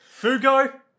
Fugo